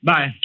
Bye